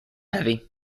heavy